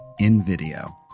InVideo